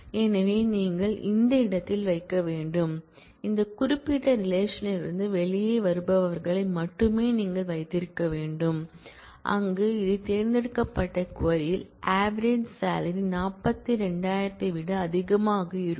எனவே நீங்கள் இந்த இடத்தில் வைக்க வேண்டும் இந்த குறிப்பிட்ட ரிலேஷன்ல் இருந்து வெளியே வருபவர்களை மட்டுமே நீங்கள் வைத்திருக்க வேண்டும் அங்கு இந்த தேர்ந்தெடுக்கப்பட்ட க்வரி ல் ஆவரேஜ் சாலரி 42000 ஐ விட அதிகமாக இருக்கும்